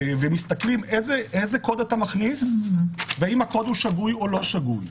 ומסתכלים איזה קוד אתה מכניס ואם הקוד הוא שגוי או לא שגוי.